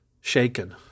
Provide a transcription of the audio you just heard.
shaken